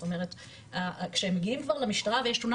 זאת אומרת כשמגיעים כבר למשטרה ויש תלונה